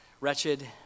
wretched